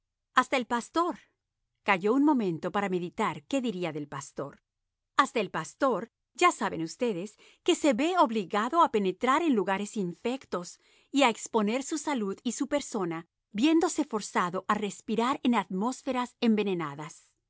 hasta el pastor calló un momento para meditar qué diría del pastor hasta el pastor ya saben ustedes que se ve obligado a penetrar en lugares infectos y a exponer su salud y su persona viéndose forzado a respirar en atmósferas envenenadas